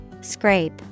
Scrape